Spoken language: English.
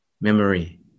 memory